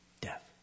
death